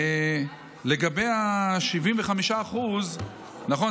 לגבי ה-75% נכון,